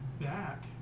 back